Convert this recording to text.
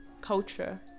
culture